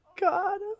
God